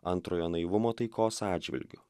antrojo naivumo taikos atžvilgiu